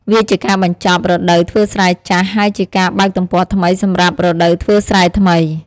វាជាការបញ្ចប់រដូវធ្វើស្រែចាស់ ហើយជាការបើកទំព័រថ្មីសម្រាប់រដូវធ្វើស្រែថ្មី។